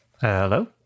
Hello